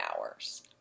hours